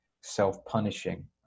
self-punishing